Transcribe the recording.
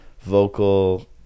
vocal